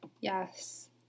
Yes